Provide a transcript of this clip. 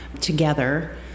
together